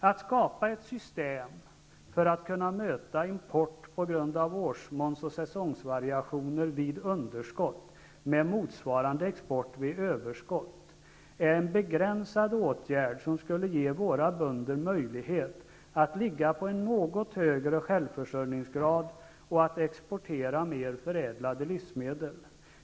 Att skapa ett system för att kunna möta import på grund av årsmåns och säsongsvariationer vid underskott med motsvarande export vid överskott är en begränsad åtgärd, som skulle ge våra bönder möjlighet att ligga på en något högre självförsörjningsgrad och att exportera mer förädlade livsmedel.